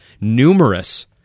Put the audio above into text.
Numerous